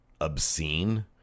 obscene